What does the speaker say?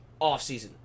offseason